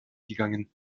gegangen